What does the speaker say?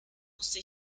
musste